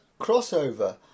crossover